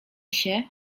się